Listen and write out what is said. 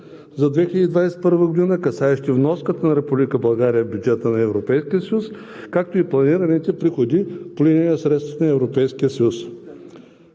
за 2021 г., касаещи вноската на Република България в бюджета на Европейския съюз, както и планираните приходи и разходи по линия на средствата от Европейския съюз.